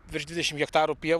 virš dvidešim hektarų pievų